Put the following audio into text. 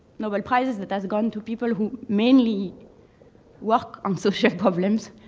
nobel prizes that has gone to people who mainly work on social problems.